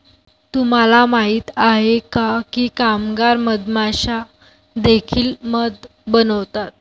तुम्हाला माहित आहे का की कामगार मधमाश्या देखील मध बनवतात?